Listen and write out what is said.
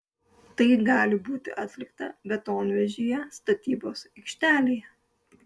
tai gali būti atlikta betonvežyje statybos aikštelėje